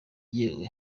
yewe